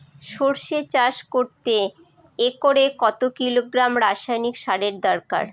সরষে চাষ করতে একরে কত কিলোগ্রাম রাসায়নি সারের দরকার?